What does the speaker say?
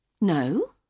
No